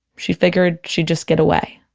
she figured she'd just get away